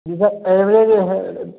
जी sir average है